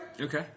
Okay